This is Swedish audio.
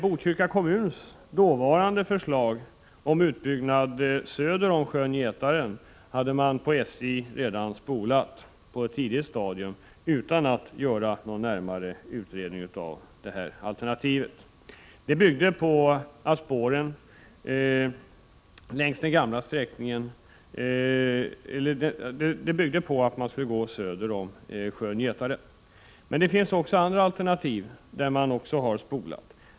Botkyrka kommuns dåvarande förslag om utbyggnad söder om sjön Getaren hade man på SJ redan på ett tidigt stadium spolat, utan att göra någon närmare utredning av detta alternativ. Men det finns också andra alternativ som man har spolat.